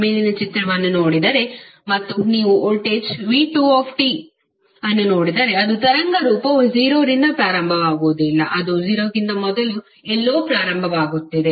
ಮೇಲಿನ ಚಿತ್ರವನ್ನು ನೋಡಿದರೆ ಮತ್ತು ನೀವು ವೋಲ್ಟೇಜ್v2t ಅನ್ನು ನೋಡಿದರೆ ಅದರ ತರಂಗ ರೂಪವು 0 ರಿಂದ ಪ್ರಾರಂಭವಾಗುವುದಿಲ್ಲ ಅದು 0 ಕ್ಕಿಂತ ಮೊದಲು ಎಲ್ಲೋ ಪ್ರಾರಂಭವಾಗುತ್ತಿದೆ